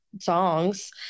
songs